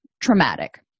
traumatic